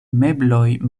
mebloj